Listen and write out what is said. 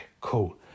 Cool